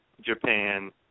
Japan